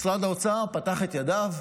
משרד האוצר פתח את ידיו,